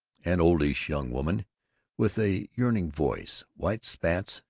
an oldish young woman with a yearning voice, white spats,